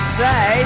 say